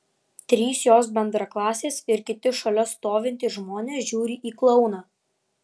trys jos bendraklasės ir kiti šalia stovintys žmonės žiūri į klouną